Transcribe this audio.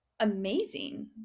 amazing